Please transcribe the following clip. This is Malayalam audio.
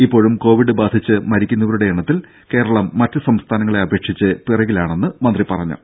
ഇപ്പോഴും കോവിഡ് ബാധിച്ച് മരിക്കുന്നവരുടെ എണ്ണത്തിൽ കേരളം സംസ്ഥാനങ്ങളെ അപേക്ഷിച്ച് പിറകിലാണെന്ന് മന്ത്രി മറ്റ് അറിയിച്ചു